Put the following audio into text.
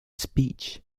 speech